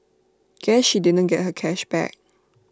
guess she didn't get her cash back